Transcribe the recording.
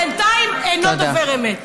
בינתיים, אינו דובר אמת.